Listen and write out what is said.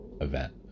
event